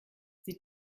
sie